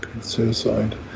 suicide